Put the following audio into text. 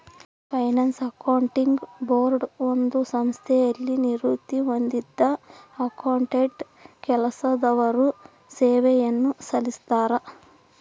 finance accounting board ಒಂದು ಸಂಸ್ಥೆಯಲ್ಲಿ ನಿವೃತ್ತಿ ಹೊಂದಿದ್ದ ಅಕೌಂಟೆಂಟ್ ಕೆಲಸದವರು ಸೇವೆಯನ್ನು ಸಲ್ಲಿಸ್ತರ